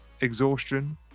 exhaustion